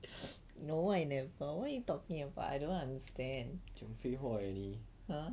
讲废话 eh 你